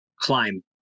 climb